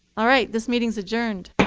all right, this meeting is adjourned.